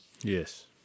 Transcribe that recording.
Yes